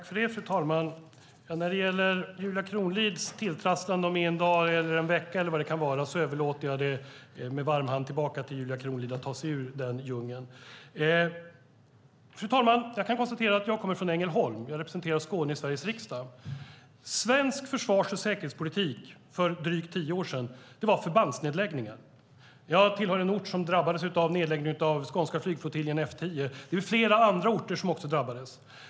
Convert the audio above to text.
Fru talman! När det gäller Julia Kronlids tilltrasslande om en dag, en vecka eller vad det kan vara överlåter jag med varm hand åt henne själv att ta sig ur den djungeln. Jag kommer från Ängelholm och representerar Skåne i Sveriges riksdag. Svensk försvars och säkerhetspolitik för tio år sedan innebar förbandsnedläggningar. Min hemort drabbades av nedläggning av den skånska flygflottiljen F 10. Flera andra orter drabbades också.